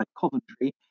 Coventry